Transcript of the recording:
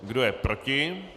Kdo je proti?